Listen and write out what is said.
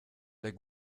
der